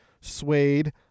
suede